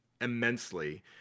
immensely